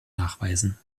nachweisen